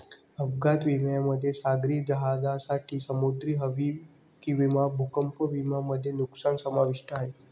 अपघात विम्यामध्ये सागरी जहाजांसाठी समुद्री हमी विमा भूकंप विमा मध्ये नुकसान समाविष्ट आहे